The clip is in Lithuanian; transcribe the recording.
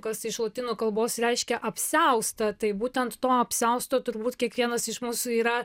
kas iš lotynų kalbos reiškia apsiaustą tai būtent to apsiausto turbūt kiekvienas iš mūsų yra